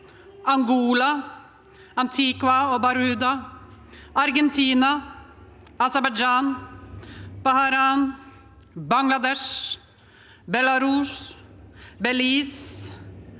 Angola, Antigua og Barbuda, Argentina, Aserbajdsjan, Bahrain, Bangladesh, Belarus, Belize,